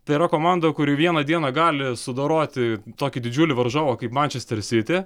tai yra komanda kuri vieną dieną gali sudoroti tokį didžiulį varžovą kaip mančestrer siti